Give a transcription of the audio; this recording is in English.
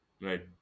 right